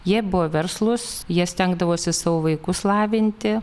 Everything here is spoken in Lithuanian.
jie buvo verslūs jie stengdavosi savo vaikus lavinti